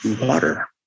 water